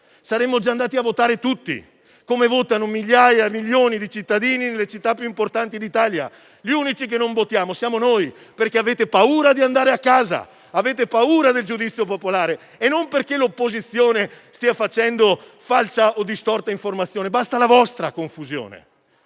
Saremmo già andati a votare tutti, come votano milioni di cittadini nelle città più importanti d'Italia. Gli unici per cui non si vota siamo noi perché avete paura di andare a casa; avete paura del giudizio popolare e non perché l'opposizione stia facendo falsa o distorta informazione. Basta la vostra confusione!